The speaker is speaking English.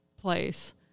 place